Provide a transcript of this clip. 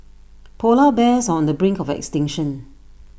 Polar Bears are on the brink of extinction